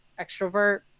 extrovert